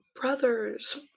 brothers